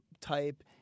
type